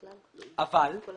אבל,